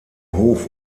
hof